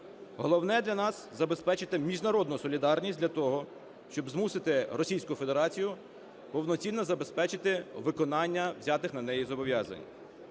Головне для нас - забезпечити міжнародну солідарність для того, щоб змусити Російську Федерацію повноцінно забезпечити виконання взятих нею зобов'язань.